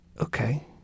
Okay